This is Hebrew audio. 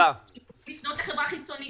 שיוכלו לפנות לחברה חיצונית